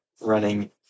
running